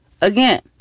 again